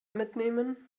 mitnehmen